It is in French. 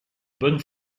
bonne